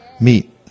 meet